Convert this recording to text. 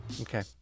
Okay